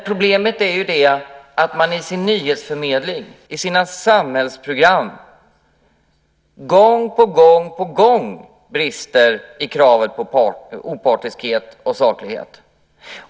Problemet är att man i sin nyhetsförmedling i sina samhällsprogram gång på gång brister i kravet på opartiskhet och saklighet.